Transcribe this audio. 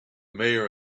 mayor